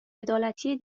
عدالتی